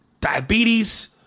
Diabetes